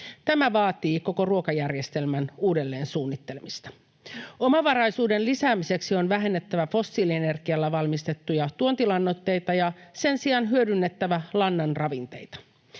Tämä vaatii koko ruokajärjestelmän uudelleensuunnittelemista. Omavaraisuuden lisäämiseksi on vähennettävä fossiilienergialla valmistettuja tuontilannoitteita ja sen sijaan hyödynnettävä lannan ravinteita.